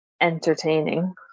entertaining